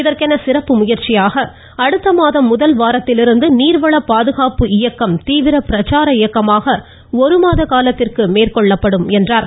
இதற்கென சிறப்பு முயற்சியாக அடுத்த மாதம் முதல் வாரத்திலிருந்து நீர்வள பாதுகாப்பு இயக்கம் தீவிர பிரச்சார இயக்கமாக ஒரு மாத காலத்திற்கு மேற்கொள்ளப்படும் என்றார்